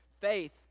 faith